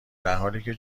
درحالیکه